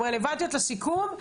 הן רלוונטיות לסיכום.